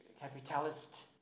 capitalist